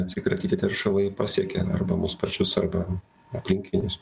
atsikratyti teršalai pasiekia arba mus pačius arba aplinkinius